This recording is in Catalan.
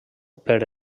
per